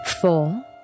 four